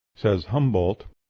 says humboldt,